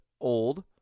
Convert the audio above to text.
old